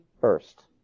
first